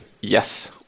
yes